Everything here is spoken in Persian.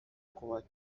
کمک